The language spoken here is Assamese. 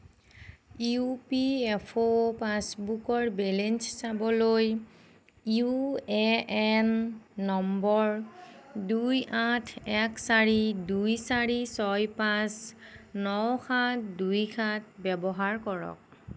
ইউ পি এফ অ' পাছবুকৰ বেলেঞ্চ চাবলৈ ইউ এ এন নম্বৰ দুই আঠ এক চাৰি দুই চাৰি ছয় পাঁচ ন সাত দুই সাত ব্যৱহাৰ কৰক